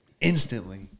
instantly